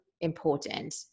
important